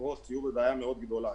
החברות יהיו בבעיה מאוד גדולה,